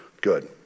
good